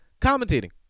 commentating